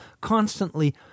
constantly